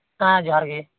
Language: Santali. ᱦᱮᱸ ᱡᱚᱦᱟᱨ ᱜᱮ